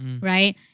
Right